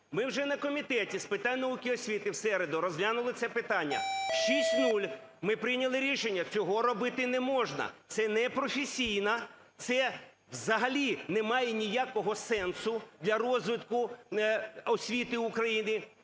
Ми вже на Комітеті з питань науки і освіти в середу розглянули це питання, шість – нуль. Ми прийняли рішення: цього робити не можна. Це непрофесійно, це взагалі немає ніякого сенсу для розвитку освіти України.